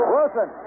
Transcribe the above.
Wilson